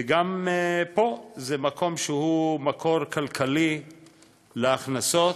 וגם פה, זה מקום שהוא מקור כלכלי להכנסות,